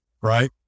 Right